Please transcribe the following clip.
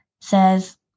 says